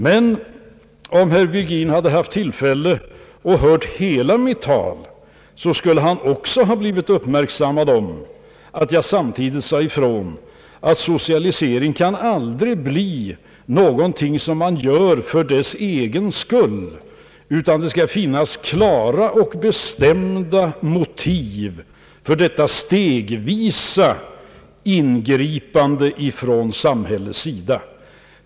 Men om herr Virgin hade haft tillfälle att höra hela mitt tal, skulle han också uppmärksammat att jag samtidigt sade ifrån att socialisering aldrig kan bli någonting man gör för dess egen skull. Det skall finnas klara och bestämda motiv för detta ingripande stegvis ifrån samhällets sida.